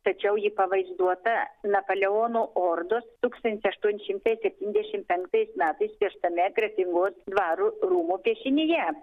tačiau ji pavaizduota napoleono ordos tūkstantis aštuoni šimtai septyndešim penktais metais pieštame kretingos dvaro rūmų piešinyje